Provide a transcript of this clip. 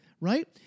right